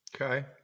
okay